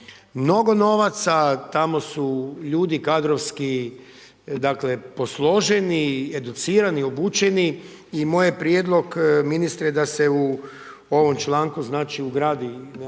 mnogo novaca, tamo su ljudi kadrovski dakle posloženi i educirani, obučeni. I moj je prijedlog ministre da se u ovom članku znači ugradi nekakav